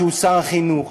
שהוא שר החינוך,